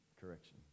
correction